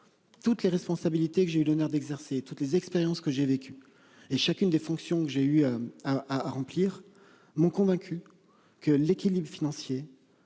Toutes les responsabilités que j'ai eu l'honneur d'exercer toutes les expériences que j'ai vécu et chacune des fonctions que j'ai eu à, à remplir mon convaincu que l'équilibre financier.